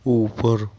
اوپر